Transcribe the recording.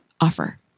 offer